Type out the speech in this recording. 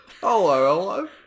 hello